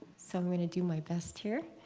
so i'm going to do my best here.